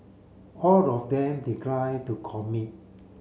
all of them declined to commit